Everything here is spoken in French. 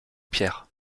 pierre